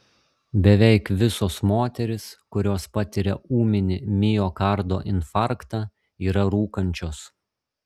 beveik visos moterys kurios patiria ūminį miokardo infarktą yra rūkančios